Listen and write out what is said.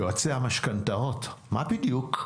יועצי המשכנתאות מה בדיוק?